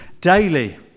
daily